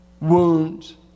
wounds